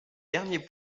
derniers